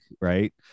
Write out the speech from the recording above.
right